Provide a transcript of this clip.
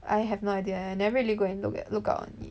I have no idea eh I never really go and look at look out on it